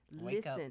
listen